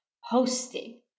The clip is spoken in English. hosting